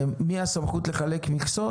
מי הסמכות לחלק מכסות?